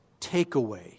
takeaway